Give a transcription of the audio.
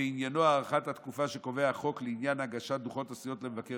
ועניינו הארכת התקופה שקובע החוק לעניין הגשת דוחות הסיעות למבקר